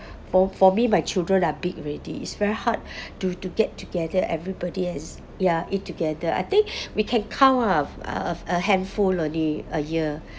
for for me my children are big already it's very hard to to get together everybody as ya eat together I think we can count ah a a handful only a year